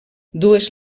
dues